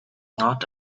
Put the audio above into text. not